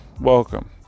Welcome